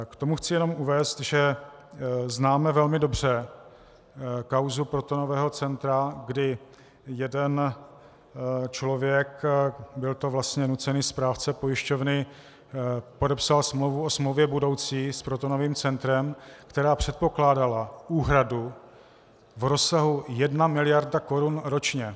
K tomu chci jenom uvést, že známe velmi dobře kauzu protonového centra, kdy jeden člověk, byl to vlastně nucený správce pojišťovny, podepsal smlouvu o smlouvě budoucí s protonovým centrem, která předpokládala úhradu v rozsahu 1 mld. korun ročně.